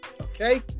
Okay